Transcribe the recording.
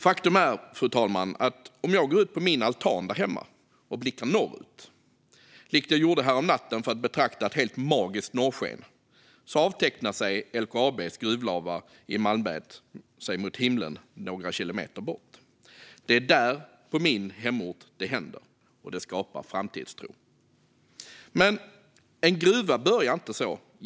Faktum är, fru talman, att om jag går ut på min altan där hemma och blickar norrut, som jag gjorde häromnatten för att betrakta ett helt magiskt norrsken, ser jag LKAB:s gruvlavar i Malmberget avteckna sig mot himlen några kilometer bort. Det är där, på min hemort, det händer - och det skapar framtidstro. Men en gruva börjar inte så.